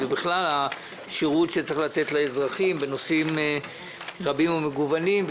ובכלל השירות שצריך לתת לאזרחים בנושאים רבים ומגוונים.